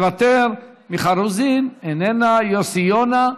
מוותר, מיכל רוזין, איננה, יוסי יונה,